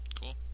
Cool